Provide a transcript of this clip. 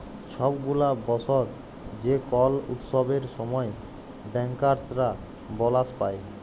ছব গুলা বসর যে কল উৎসবের সময় ব্যাংকার্সরা বলাস পায়